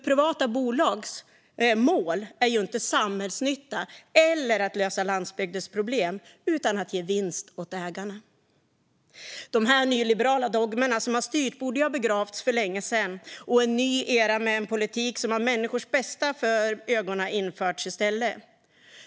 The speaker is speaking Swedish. Privata bolags mål är inte samhällsnytta eller att lösa landsbygdens problem, utan det är att ge vinst åt ägarna. De nyliberala dogmerna som har styrt borde ha begravts för länge sedan och en ny era med politik som har människors bästa för ögonen införts i stället.